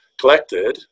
collected